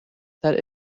that